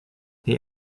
the